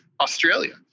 Australia